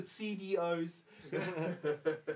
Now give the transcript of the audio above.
CDOs